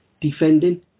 defending